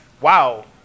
wow